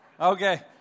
Okay